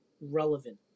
relevant